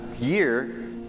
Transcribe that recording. year